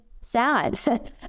sad